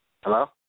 Hello